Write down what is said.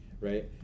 right